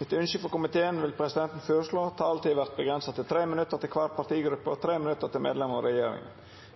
Etter ønske fra energi- og miljøkomiteen vil presidenten foreslå at taletiden blir begrenset til 3 minutter til hver partigruppe og 3 minutter til medlemmer av regjeringen.